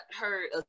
heard